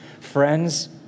Friends